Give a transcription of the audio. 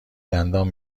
دندان